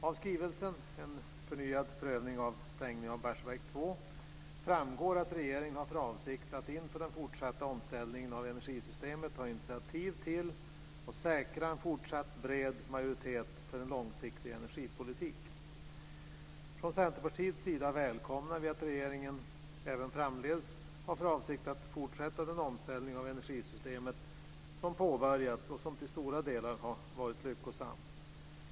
Av skrivelsen En förnyad prövning av stängning av Barsebäck 2 framgår att regeringen har för avsikt att inför den fortsatta omställningen av energisystemet ta initiativ till att säkra en fortsatt bred majoritet för en långsiktig energipolitik. Från Centerpartiets sida välkomnar vi att regeringen även framdeles har för avsikt att fortsätta den omställning av energisystemet som påbörjats och som till stora delar har varit lyckosam.